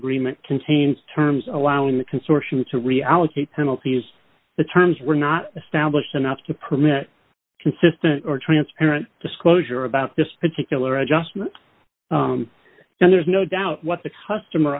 agreement contains terms allowing the consortium to reallocate penalties the terms were not established enough to permit consistent or transparent disclosure about this particular adjustment so there's no doubt what the customer